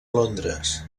londres